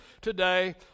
today